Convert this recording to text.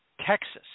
Texas